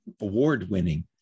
award-winning